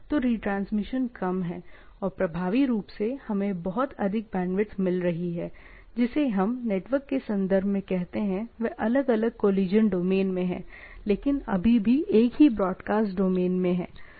तो रिट्रांसमिशन कम है और प्रभावी रूप से हमें बहुत अधिक बैंडविड्थ मिल रही है जिसे हम नेटवर्क के संदर्भ में कहते हैं वे अलग अलग कोलिशन डोमेन में हैं लेकिन अभी भी एक ही ब्रॉडकास्ट डोमेन में हैं